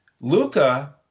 Luca